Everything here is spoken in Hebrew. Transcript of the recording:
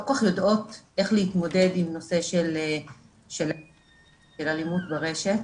כל כך יודעות איך להתמודד עם נושא של אלימות ברשת,